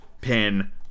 pin